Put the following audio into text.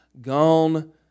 gone